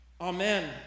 Amen